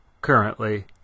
currently